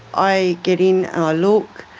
i get in and i look,